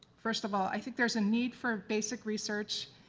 first of all, i think there is a need for basic research.